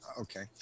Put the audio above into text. okay